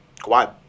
Kawhi